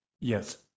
yes